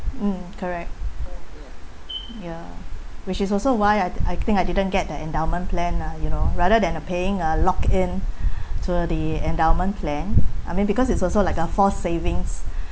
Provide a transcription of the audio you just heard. mm correct ya which is also why I I think I didn't get the endowment plan lah you know rather than I paying a lock in to the endowment plan I mean because it's also like a force savings